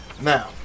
Now